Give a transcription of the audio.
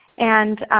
and